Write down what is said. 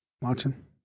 watching